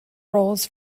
roles